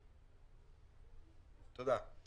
תודה.